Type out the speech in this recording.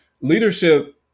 leadership